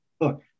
look